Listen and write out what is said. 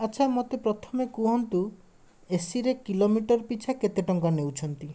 ଆଚ୍ଛା ମୋତେ ପ୍ରଥମେ କୁହନ୍ତୁ ଏସିରେ କିଲୋମିଟର ପିଛା କେତେ ଟଙ୍କା ନେଉଛନ୍ତି